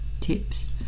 tips